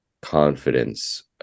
confidence